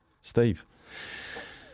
Steve